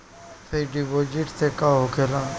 Fix deposit से का होखे ला?